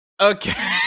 Okay